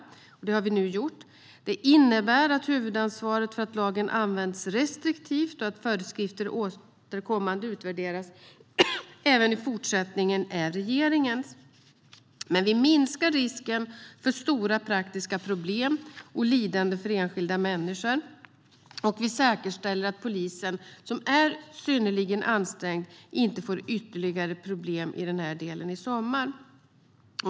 Det har vi nu gjort. Det innebär att huvudansvaret för att lagen används restriktivt och att föreskrifter återkommande utvärderas även i fortsättningen är regeringens. Men vi minskar risken för stora praktiska problem och lidande för enskilda människor. Vi säkerställer också att polisen, som är synnerligen ansträngd, inte får ytterligare problem i denna del i sommar.